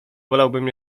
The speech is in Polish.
wolałbym